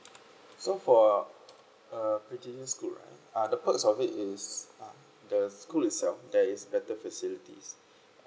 so for uh prestigious school right uh the perks of it is uh the school itself there is better facilities